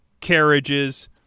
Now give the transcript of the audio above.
carriages